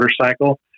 motorcycle